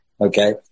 Okay